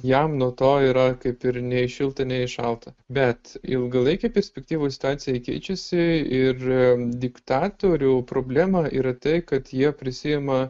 jam nuo to yra kaip ir nei šilta nei šalta bet ilgalaikėj perspektyvoj situacija keičiasi ir diktatorių problema yra tai kad jie prisiima